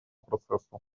процессу